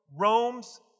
Rome's